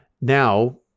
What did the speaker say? now